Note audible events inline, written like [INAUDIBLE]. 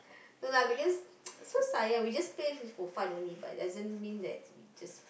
no lah because [NOISE] so sayang we just play for fun only but it doesn't mean that just